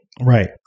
Right